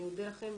אני אודה לכם,